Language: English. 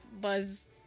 buzz